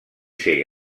ser